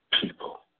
people